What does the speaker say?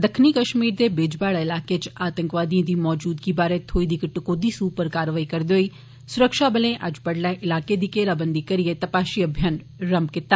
दक्खनी कश्मीर दे बिज बिहाड़ा इलाके च आतंकवादिएं दी मजूदगी बारे थ्होई दी इक टकोह्दी सूह् उप्पर कारवाई करदे होई सुरक्षाबलें अज्ज बडलै इलाके दी घेराबंदी करियै तपाशी अभियान रंभ कीता